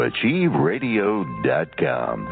Achieveradio.com